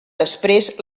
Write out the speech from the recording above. després